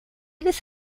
les